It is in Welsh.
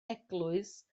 eglwys